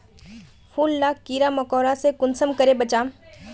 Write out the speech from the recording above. फूल लाक कीड़ा मकोड़ा से कुंसम करे बचाम?